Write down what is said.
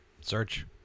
search